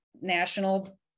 national